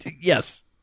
Yes